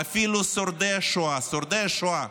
ואפילו שורדי השואה, שורדי השואה,